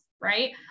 right